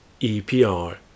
EPR